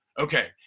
okay